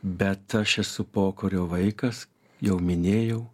bet aš esu pokario vaikas jau minėjau